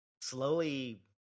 slowly